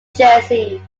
jersey